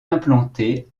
implantée